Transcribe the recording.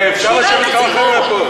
שירה בציבור.